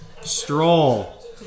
Stroll